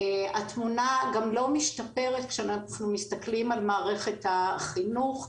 התמונה לא משתפרת גם כשאנחנו מסתכלים על מערכת החינוך.